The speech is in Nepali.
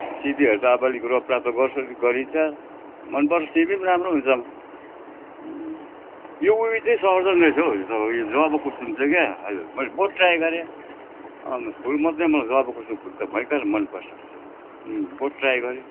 अब सिमीहरू त अब अलिक रोपराप त गर्छु गरिन्छ मन पर्छ सिमी राम्रो हुन्छ यो उयो चाहिँ सर्दैन रहेछ हौ यो तपाईँको जभाकुसुम चाहिँ क्या हजुर मैले बहुत ट्राई गरेँ अन्त फुल मध्ये म जभाकुसुम फुल त भयङ्कर मन पर्छ बहुत ट्राई गरेँ